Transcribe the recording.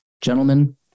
Gentlemen